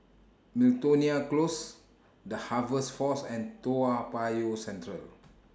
Miltonia Close The Harvest Force and Toa Payoh Central